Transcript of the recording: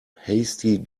hasty